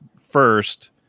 First